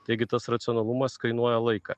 taigi tas racionalumas kainuoja laiką